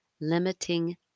limiting